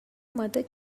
mother